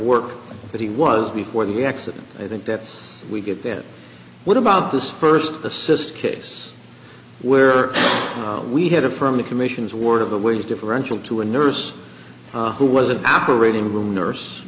work that he was before the accident i think that we get that what about this first assist case where we had a firm the commission's work of that was differential to a nurse who was an operating room nurse